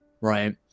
right